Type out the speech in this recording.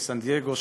מסן דייגו,